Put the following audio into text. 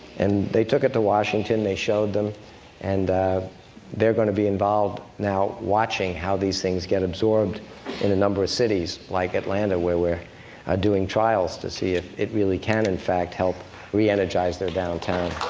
and they took it to washington they showed them and they're going to be involved now, watching how these things get absorbed in a number of cities, like atlanta, where we're doing trials to see if it really can, in fact, help re-energize their downtown.